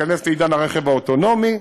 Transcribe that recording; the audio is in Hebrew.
ניכנס לעידן הרכב האוטונומי,